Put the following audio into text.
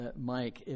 Mike